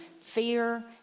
fear